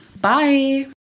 Bye